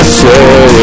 say